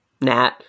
Nat